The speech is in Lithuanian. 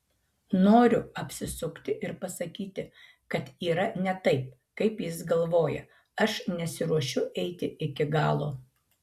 noriu apsisukti ir pasakyti kad yra ne taip kaip jis galvoja aš nesiruošiu eiti iki galo